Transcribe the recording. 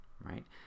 right